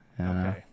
Okay